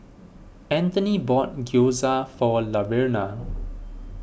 Anthoney bought Gyoza for Laverna